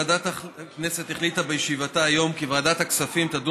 ועדת הכנסת החליטה בישיבתה היום כי ועדת הכספים תדון